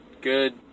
good